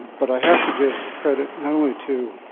but i have to give credit not only to